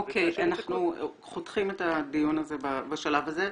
אוקי, אנחנו חותכים את הדיון הזה בשלב הזה.